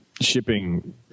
shipping